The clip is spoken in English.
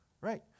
right